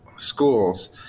schools